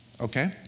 Okay